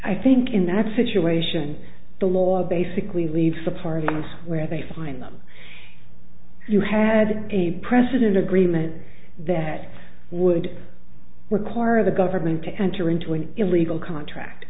i think in that situation the law basically leaves the parties where they find them you had a precedent agreement that would require the government to enter into an illegal contract